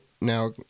now